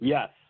Yes